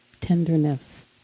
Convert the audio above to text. tenderness